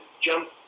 jump